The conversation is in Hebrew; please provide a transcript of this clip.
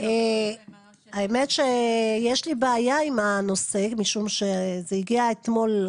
האמת שיש לי בעיה עם הנושא משום שזה הגיע אתמול,